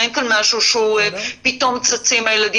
אין כאן משהו שפתאום צצים הילדים.